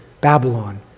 Babylon